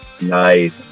Nice